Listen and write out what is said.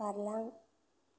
बारलां